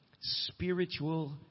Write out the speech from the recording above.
spiritual